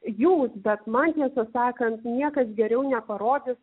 jūs bet man tiesą sakant niekas geriau neparodys